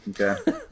okay